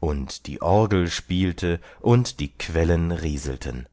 und die orgel spielte und die quellen rieselten